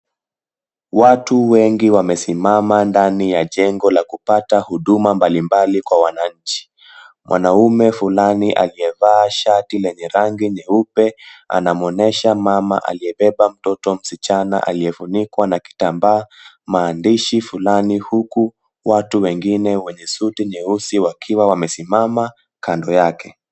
Watu wengi wamesimama ndani ya jengo la kupata huduma mbalimbali kwa wananchi. Mwanaume fulani aliyevaa shati lenye rangi nyeupe, anamuonyesha mama aliyebeba mtoto msichana, aliyefunikwa na kitambaa maandishi fulani. Huku watu wengine wenye suti nyeusi wakiwa wamesimama kando yake.